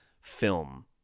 film